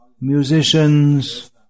musicians